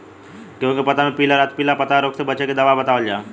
गेहूँ के पता मे पिला रातपिला पतारोग से बचें के दवा बतावल जाव?